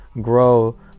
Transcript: grow